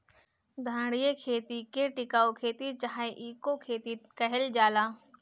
धारणीय खेती के टिकाऊ खेती चाहे इको खेती कहल जाला